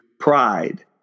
pride